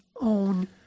own